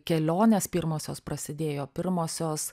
kelionės pirmosios prasidėjo pirmosios